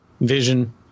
vision